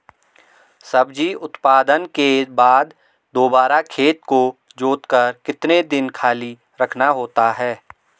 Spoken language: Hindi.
सब्जी उत्पादन के बाद दोबारा खेत को जोतकर कितने दिन खाली रखना होता है?